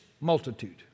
multitude